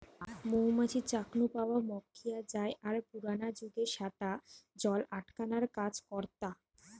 মৌ মাছির চাক নু পাওয়া মম খিয়া জায় আর পুরানা জুগে স্যাটা জল আটকানার কাজ করতা